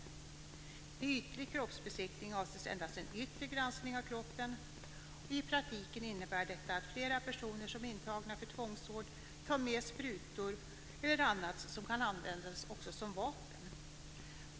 Med ytlig kroppsbesiktning avses endast en yttre granskning av kroppen. I praktiken innebär detta att flera personer som är intagna för tvångsvård tar med sprutor eller annat som också kan användas som vapen.